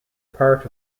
part